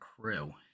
crew